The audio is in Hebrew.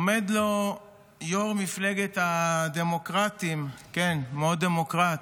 עומד לו יו"ר מפלגת הדמוקרטים, כן, מאוד דמוקרט,